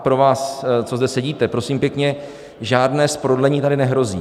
Pro vás, co zde sedíte, prosím pěkně, žádné zprodlení tady nehrozí.